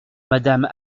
madame